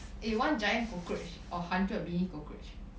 eh one giant cockroach or hundred mini cockroach